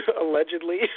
allegedly